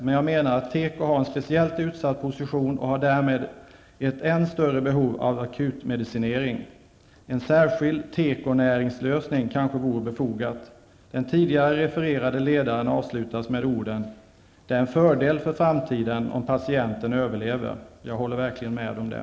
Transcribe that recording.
Men jag menar att teko har en speciellt utsatt position och därmed ett än större behov av akutmedicinering. En särskild tekonäringslösning kanske vore befogad. Den tidigare refererade ledaren avslutas med orden: Det är en fördel för framtiden om patienten överlever. Jag håller verkligen med om det.